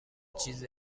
چیز